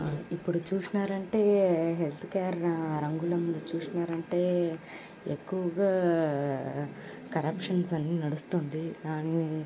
ఇప్పుడు చూశారంటే health care రంగులం చూసారంటే ఎక్కువగా కరప్షన్స్ అన్ని నడుస్తోంది